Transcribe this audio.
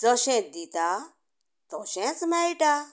जशें दिता तशेंच मेळटा